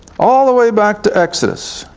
all the way back to exodus.